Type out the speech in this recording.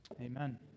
Amen